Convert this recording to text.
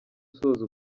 usoza